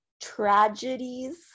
tragedies